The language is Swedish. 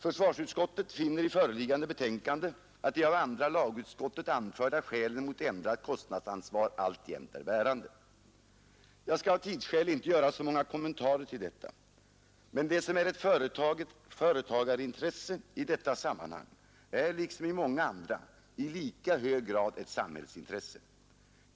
Försvarsutskottet finner i föreliggande betänkande att de av andra lagutskottet anförda skälen mot ändrat kostnadsansvar alltjämt är bärande. Jag skall av tidsskäl inte göra så många kommentarer till detta. Men det som är ett företagarintresse i detta sammanhang är liksom i så många andra i lika hög grad ett samhällsintresse.